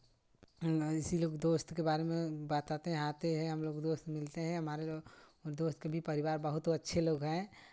इसी लोग दोस्त के बारे में बताते हैं आते हैं हम लोग दोस्त मिलते हैं हमारे लोग दोस्त के भी परिवार बहुत अच्छे लोग हैं